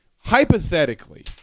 Hypothetically